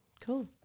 cool